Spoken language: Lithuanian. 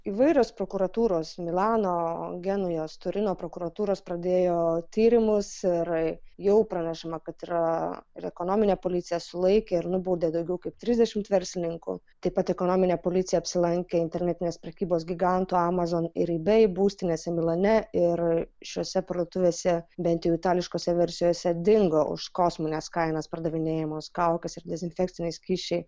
įvairios prokuratūros milano genujos turino prokuratūros pradėjo tyrimus ir jau pranešama kad yra ir ekonominė policija sulaikė ir nubaudė daugiau kaip trisdešimt verslininkų taip pat ekonominė policija apsilankė internetinės prekybos giganto amazon ir ebay būstinėse milane ir šiose parduotuvėse bent jų itališkose versijose dingo už kosmines kainas pardavinėjamos kaukės ir dezinfekciniai skysčiai